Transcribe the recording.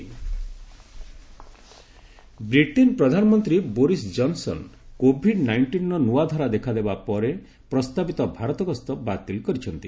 PM Johnson ଆଲୋଚନା Britain ପ୍ରଧାନମନ୍ତ୍ରୀ Boris Johnson COVID ନାଇଷ୍ଟିନ୍ର ନୂଆ ଧାରା ଦେଖାଦେବା ପରେ ପ୍ରସ୍ତାବିତ ଭାରତଗସ୍ତ ବାତିଲ କରିଛନ୍ତି